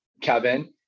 Kevin